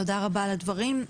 תודה רבה על הדברים.